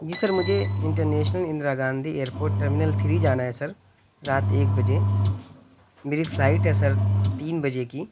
جی sir مجھے international Indira Gandhi airport terminal three جانا ہے سر رات ایک بجے میری فلائٹ ہے سر تین بجے کی